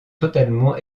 totalement